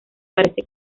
parece